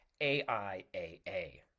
AIAA